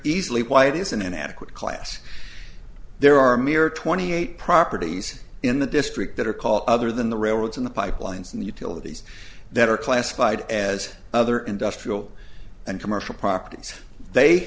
easily why it isn't an adequate class there are a mere twenty eight properties in the district that are called other than the railroads in the pipelines and utilities that are classified as other industrial and commercial properties they